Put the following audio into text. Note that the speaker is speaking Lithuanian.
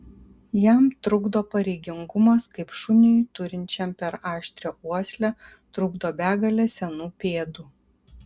jam trukdo pareigingumas kaip šuniui turinčiam per aštrią uoslę trukdo begalė senų pėdų